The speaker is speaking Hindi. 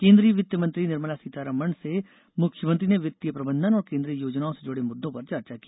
केन्द्रीय वित्तीमंत्री निर्मला सीतारमण से मुख्यमंत्री ने वित्तीय प्रबंधन और केन्द्रीय योजनाओं से जुड़े मुददों पर चर्चा की